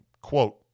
Quote